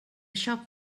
shop